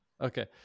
Okay